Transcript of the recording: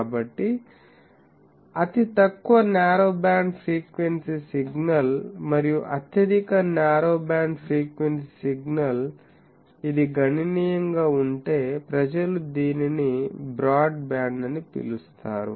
కాబట్టి అతి తక్కువ న్యారో బ్యాండ్ ఫ్రీక్వెన్సీ సిగ్నల్ మరియు అత్యధిక న్యారో బ్యాండ్ ఫ్రీక్వెన్సీ సిగ్నల్ ఇది గణనీయంగా ఉంటే ప్రజలు దీనిని బ్రాడ్బ్యాండ్ అని పిలుస్తారు